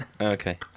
Okay